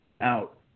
out